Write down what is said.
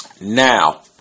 Now